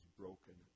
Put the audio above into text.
broken